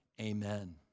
amen